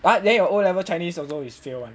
what then your o level chinese also is fail [one]